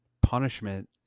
punishment